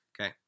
Okay